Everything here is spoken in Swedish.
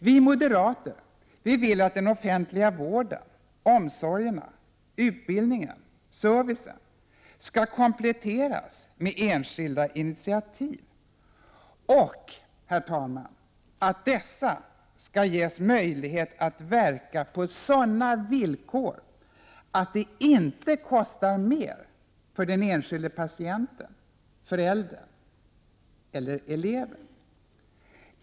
Vi moderater vill att den offentliga vården, omsorgerna, utbildningen och servicen skall kompletteras med enskilda initiativ och, herr talman, att dessa skall ges möjlighet att verka på sådana villkor att det inte kostar mer för den enskilde patienten, föräldern eller eleven.